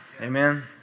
Amen